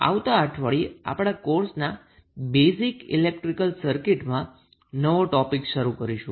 હવે આવતા અઠવાડિયામાં આપણા કોર્સના બેઝિક ઈલેક્ટ્રીક સર્કિટમાં નવો ટોપિક શરૂ કરીશું